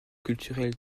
culturel